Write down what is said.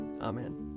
Amen